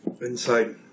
inside